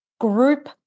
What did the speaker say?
group